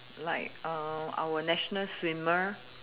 like err our national swimmer